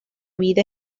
vida